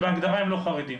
שבהגדרה הם לא חרדיים,